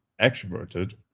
extroverted